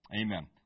Amen